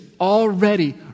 already